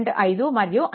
5 మరియు 5